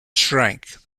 shrank